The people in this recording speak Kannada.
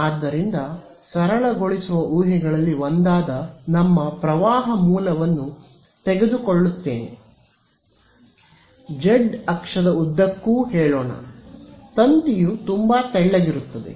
ಆದ್ದರಿಂದ ಸರಳಗೊಳಿಸುವ ಊಹೆಗಳಲ್ಲಿ ಒಂದಾದ ನಮ್ಮ ಪ್ರವಾಹ ಮೂಲವನ್ನು ತೆಗೆದುಕೊಳ್ಳುತ್ತೇವೆ ಜೆಡ್ ಅಕ್ಷದ ಉದ್ದಕ್ಕೂ ಹೇಳೋಣ ತಂತಿಯು ತುಂಬಾ ತೆಳ್ಳಗಿರುತ್ತದೆ